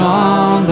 on